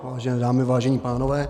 Vážené dámy, vážení pánové.